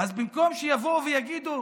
אז במקום שיבואו ויגידו: